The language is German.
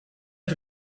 für